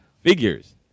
figures